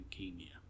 leukemia